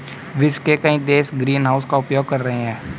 विश्व के कई देश ग्रीनहाउस का उपयोग कर रहे हैं